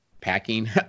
packing